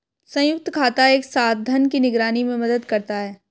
संयुक्त खाता एक साथ धन की निगरानी में मदद करता है